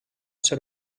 ser